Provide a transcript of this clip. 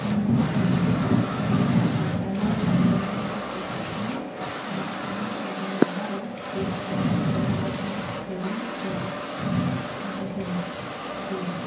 ᱟᱢᱦᱚᱸ ᱠᱟᱹᱢᱤᱨᱮ ᱟᱲᱜᱳᱱᱢᱮ ᱟᱨ ᱚᱱᱟ ᱨᱮᱭᱟᱜ ᱠᱟᱹᱢᱤᱦᱚᱨᱟ ᱩᱫᱩᱜᱢᱮ ᱟᱨ ᱟᱢ ᱵᱟᱰᱟᱭ ᱞᱟᱦᱟᱨᱮᱜᱮ ᱩᱱᱠᱩᱫᱚ ᱢᱚᱡᱽᱼᱢᱚᱡᱽ ᱥᱮᱨᱮᱧ ᱛᱮᱭᱟᱨ ᱤᱫᱤᱢᱮ ᱤᱫᱤᱭᱟ